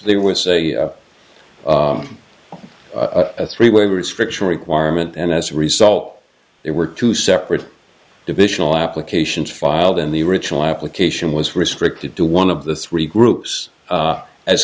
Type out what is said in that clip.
there was a three way restriction requirement and as a result there were two separate divisional applications filed and the original application was restricted to one of the three groups a